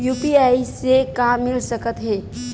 UPI से का मिल सकत हे?